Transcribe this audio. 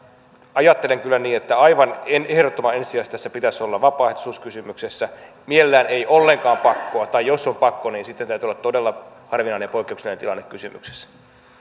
ajattelen kyllä niin että aivan ehdottoman ensisijaisesti tässä pitäisi olla vapaaehtoisuus kysymyksessä mielellään ei ollenkaan pakkoa tai jos on pakko niin sitten täytyy olla todella harvinainen ja poikkeuksellinen tilanne kysymyksessä otetaan